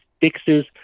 fixes